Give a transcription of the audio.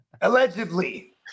Allegedly